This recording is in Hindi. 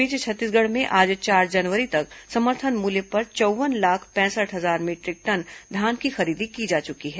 इस बीच छत्तीसगढ़ में आज चार जनवरी तक समर्थन मूल्य पर चौव्वन लाख पैंसठ हजार मीटरिक टन धान की खरीदी की जा चुकी है